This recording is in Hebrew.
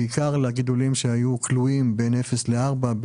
בעיקר לגידולים שהיו כלואים בין 0 ל-4,